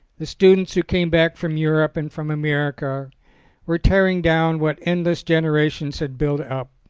the students who came back from europe and from america were tearing down what endless genera tions had built up,